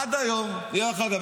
עד היום, דרך אגב.